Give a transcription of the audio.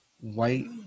white